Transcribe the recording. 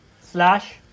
slash